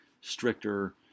stricter